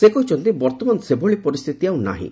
ସେ କହିଛନ୍ତି ବର୍ତ୍ତମାନ ସେଭଳି ପରିସ୍ଥିତି ଆଉ ନାହିଁ